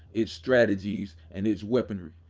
its strategies, and its weaponry.